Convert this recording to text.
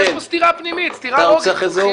יש פה סתירה פנימית, סתירה לוגית, במחילה.